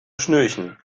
schnürchen